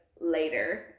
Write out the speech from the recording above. later